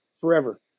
forever